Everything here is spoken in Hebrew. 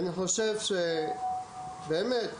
באמת,